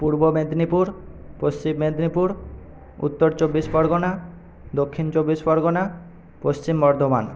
পূর্ব মেদিনীপুর পশ্চিম মেদিনীপুর উত্তর চব্বিশ পরগণা দক্ষিণ চব্বিশ পরগণা পশ্চিম বর্ধমান